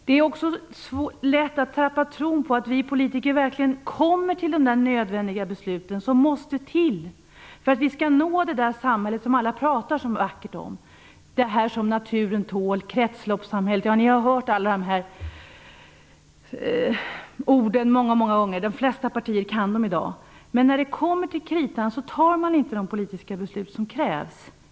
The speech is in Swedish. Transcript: Det är också lätt att tappa tron på att vi politiker verkligen kommer till de nödvändiga beslut som måste till för att vi skall nå det samhälle som alla pratar så vackert om, att ta hänsyn till vad naturen tål, kretsloppssamhället - ja, ni har hört alla orden många många gånger, och de flesta partier kan dem i dag. Men när det kommer till kritan fattar man inte de politiska beslut som krävs.